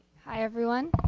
hi, everyone,